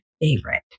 favorite